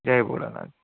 Jay Bholanath